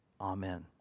Amen